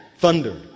Thunder